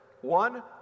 One